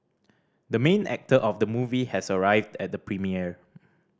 the main actor of the movie has arrived at the premiere